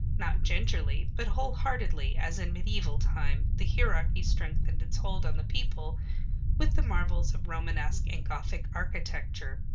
not gingerly, but whole-heartedly, as in mediaeval time the hierarchy strengthened its hold on the people with the marvels of romanesque and gothic architecture.